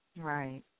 Right